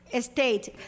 state